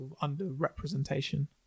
under-representation